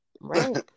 Right